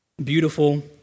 Beautiful